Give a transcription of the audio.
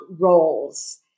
roles